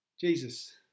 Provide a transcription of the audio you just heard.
Jesus